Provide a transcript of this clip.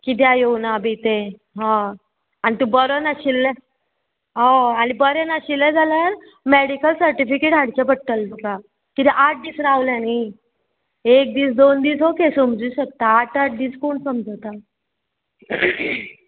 किद्या येवना बी ते हय आनी तूं बरो नाशिल्ले हय आनी बरें नाशिल्ले जाल्यार मॅडिकल सर्टिफिकेट हाडचे पडटले तुका किदें आठ दीस रावले न्ही एक दीस दोन दीस ओके समजूं शकता आठ आठ दीस कोण समजता